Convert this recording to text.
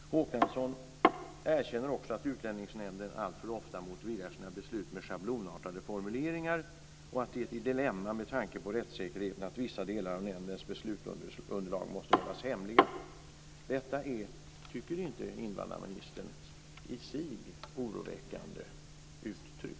Håkansson erkänner också att Utlänningsnämnden alltför ofta motiverar sina beslut med schablonartade formuleringar och att det är ett dilemma med tanke på rättssäkerheten och att vissa delar av nämndens beslutsunderlag måste hållas hemliga. Tycker inte invandrarministern att detta är i sig oroväckande uttryck?